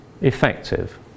effective